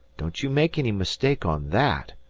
don't you make any mistake on that!